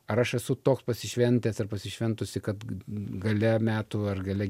ar aš esu toks pasišventęs ar pasišventusi kad gale metų ar gale